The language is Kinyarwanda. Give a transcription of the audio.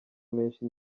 menshi